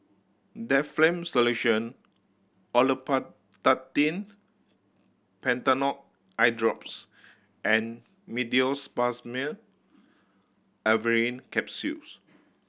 Difflam Solution Olopatadine Patanol Eyedrops and Meteospasmyl Alverine Capsules